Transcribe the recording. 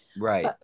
right